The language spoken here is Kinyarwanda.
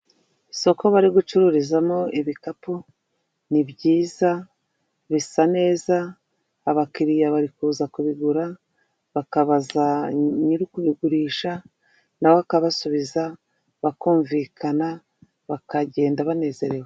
Isoko bari gucururizamo ibikapu ni byiza, bisa neza, abakiriya bari kuza kubigura, bakabaza nyiri ukubigurisha na we akabasubiza bakumvikana bakagenda banezerewe.